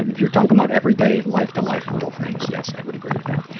and if you're talking about everyday life to life little things, yes, i would agree with that.